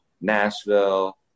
Nashville